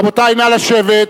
רבותי, נא לשבת.